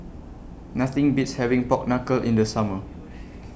Nothing Beats having Pork Knuckle in The Summer